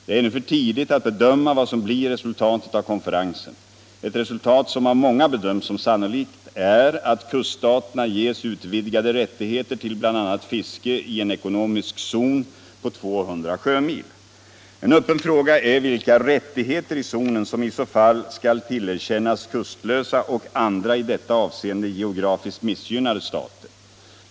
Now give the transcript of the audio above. Det är ännu för tidigt att bedöma vad som blir resultatet av konferensen. Ett resultat som av många bedöms som sannolikt är att kuststaterna ges utvidgade rättigheter till bl.a. fiske i en ekonomisk zon på 200 sjömil. En öppen fråga är vilka rättigheter i zonen som i så fall skall tillerkännas kustlösa och andra i detta avseende geografiskt missgynnade stater.